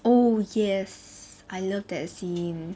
oh yes I love that scene